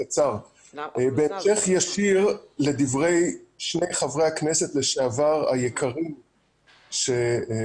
בהמשך ישיר לדברי שני חברי הכנסת לשעבר היקרים שדיברו